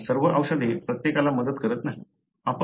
कारण सर्व औषधे प्रत्येकाला मदत करत नाहीत